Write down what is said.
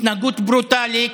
התנהגות ברוטלית,